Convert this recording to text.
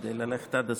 כדי ללכת עד הסוף.